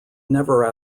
never